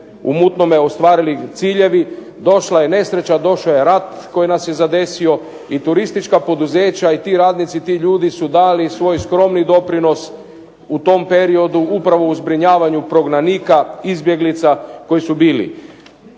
mutnome ostvarili ciljevi, došla je nesreća, došao je rat koji nas je zadesio i turistička poduzeća i ti radnici, ti ljudi su dali svoj skromni doprinos u tom periodu upravo u zbrinjavanju prognanika, izbjeglica koji su bili.